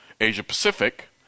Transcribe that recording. Asia-Pacific